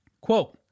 Quote